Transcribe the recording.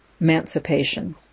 emancipation